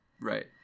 right